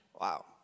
Wow